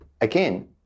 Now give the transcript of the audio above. again